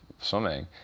swimming